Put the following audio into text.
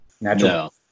natural